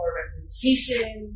representation